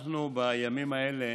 אנחנו בימים האלה